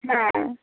হ্যাঁ